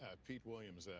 ah pete williams,